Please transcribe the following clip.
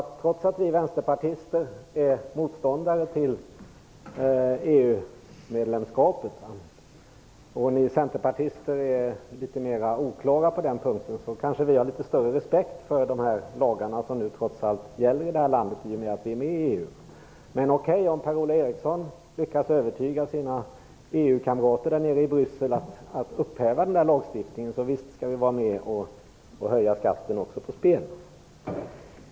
Trots att vi vänsterpartister är motståndare till EU-medlemskapet, medan ni centerpartister är litet mera oklara på den punkten, kanske vi har litet större respekt för de lagar som gäller i det här landet i och med att vi är med i EU. Men om Per-Ola Eriksson lyckas övertyga sina EU-kamrater nere i Bryssel att upphäva lagstiftningen, kan vi visst vara med på att höja skatten även på spel.